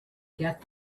get